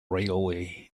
railway